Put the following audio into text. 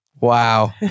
Wow